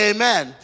Amen